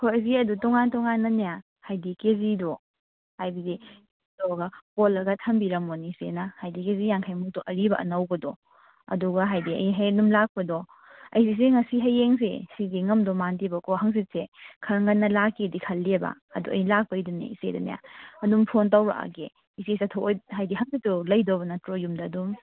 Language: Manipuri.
ꯍꯣꯏ ꯏꯆꯦ ꯑꯗꯨ ꯇꯣꯉꯥꯟ ꯇꯣꯉꯥꯟꯅꯅꯦ ꯍꯥꯏꯗꯤ ꯀꯦꯖꯤꯗꯣ ꯍꯥꯏꯕꯗꯤ ꯑꯣꯜꯂꯒ ꯊꯝꯕꯤꯔꯝꯃꯣꯅꯦ ꯏꯆꯦꯅꯥ ꯍꯥꯏꯗꯤ ꯀꯦꯖꯤ ꯌꯥꯡꯈꯩꯃꯨꯛꯇꯣ ꯑꯔꯤꯕ ꯑꯅꯧꯕꯗꯣ ꯑꯗꯨꯒ ꯍꯥꯏꯗꯤ ꯑꯩ ꯍꯌꯦꯡ ꯑꯗꯨꯝ ꯂꯥꯛꯄꯗꯣ ꯑꯩꯁꯤ ꯏꯆꯦ ꯉꯁꯤ ꯍꯌꯦꯡꯁꯦ ꯁꯤꯗꯤ ꯉꯝꯗꯣꯏ ꯃꯥꯟꯗꯦꯕꯀꯣ ꯍꯪꯆꯤꯠꯁꯦ ꯈꯔ ꯉꯟꯅ ꯂꯥꯛꯀꯦꯗꯤ ꯈꯜꯂꯤꯑꯕ ꯑꯗꯣ ꯑꯩ ꯂꯥꯛꯄꯒꯤꯗꯅꯦ ꯏꯆꯦꯗꯅꯦ ꯑꯗꯨꯝ ꯐꯣꯟ ꯇꯧꯔꯛꯑꯒꯦ ꯏꯆꯦ ꯆꯠꯊꯣꯛꯑꯣꯏ ꯍꯥꯏꯗꯤ ꯍꯪꯆꯤꯠꯇꯣ ꯂꯩꯗꯧꯕ ꯅꯠꯇ꯭ꯔꯣ ꯌꯨꯝꯗ ꯑꯗꯨꯝ